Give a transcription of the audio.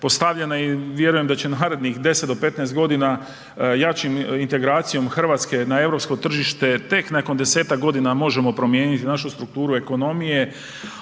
postavljena i vjerujem da će narednih 10 do 15 godina jačom integracijom Hrvatske na europsko tržište tek nakon 10-tak godina možemo promijeniti našu strukturu ekonomije,